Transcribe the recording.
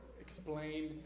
explain